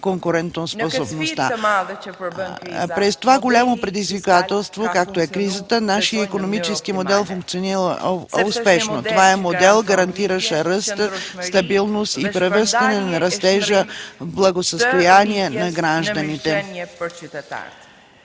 конкурентоспособността. При това голямо предизвикателство, каквото е кризата, нашият икономически модел функционира успешно. Това е модел, гарантиращ ръст, стабилност и превръщането на растежа в благосъстояние за гражданите.